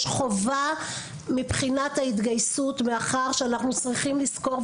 יש חובה מבחינת ההתגייסות מאחר ואנחנו צריכים לזכור,